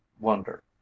wonder